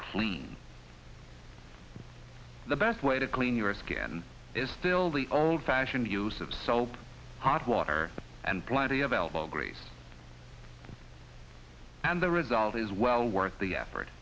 clean the best way to clean your skin is still the old fashioned use of soap hot water and plenty of elbow grease and the result is well worth the effort